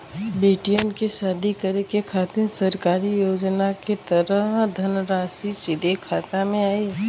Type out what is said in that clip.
बेटियन के शादी करे के खातिर सरकारी योजना के तहत धनराशि सीधे खाता मे आई?